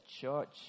church